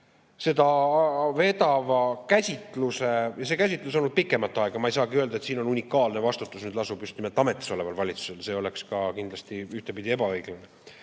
et see mõtteviga, see käsitus on olnud pikemat aega. Ma ei saa öelda, et siin unikaalne vastutus lasub just nimelt ametis oleval valitsusel, see oleks kindlasti ühtpidi ebaõiglane.